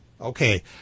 Okay